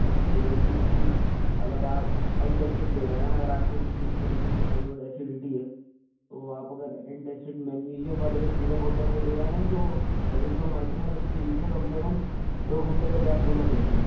تو جیسے کہ اگر آپ اینٹ ایسڈ لے رہے ہیں اگر آپ کو کسی بھی طریقے کی تھوڑی بہت ایسیڈیٹی ہے تو آپ اگر اینٹ ایسڈ میگنیزیم والا جو سیرپ ہوتا ہے وہ لے رہے ہیں تو ایزیتروومائسن اور اس کے بیچ میں کم سے کم دو گھنٹے کا گیپ دینا چاہیے